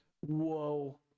whoa